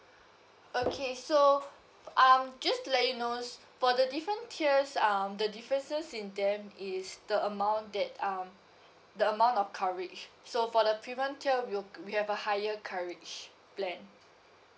okay so um just to let you know for the different tiers um the differences in them is the amount that um the amount of coverage so for the premium tier we'll we have a higher coverage plan